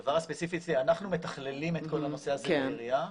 אנחנו מתכללים את כל הנושא הזה בעירייה,